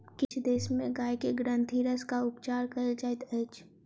किछ देश में गाय के ग्रंथिरसक उपचार कयल जाइत अछि